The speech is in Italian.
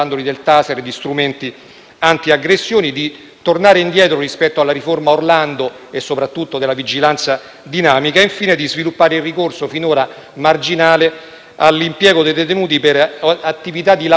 di tornare indietro rispetto alla cosiddetta riforma Orlando e soprattutto alla vigilanza dinamica; di sviluppare il ricorso, finora marginale, all'impiego dei detenuti per lo svolgimento di lavori di utilità sociale,